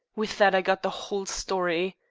with that i got the whole story.